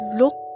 look